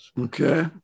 Okay